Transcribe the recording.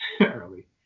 early